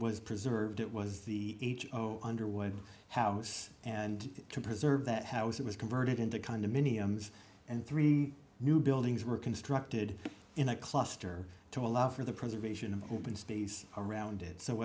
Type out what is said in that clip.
was preserved it was the h o underwood house and to preserve that house it was converted into condominiums and three new buildings were constructed in a cluster to allow for the preservation of open space around did so